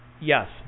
yes